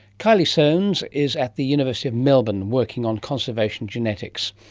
kylie soanes is at the university of melbourne, working on conservation genetics.